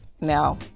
Now